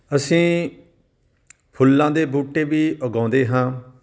ਅਸੀਂ ਫੁੱਲਾਂ ਦੇ ਬੂਟੇ ਵੀ ਉਗਾਉਂਦੇ ਹਾਂ